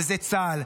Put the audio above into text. וזה צה"ל,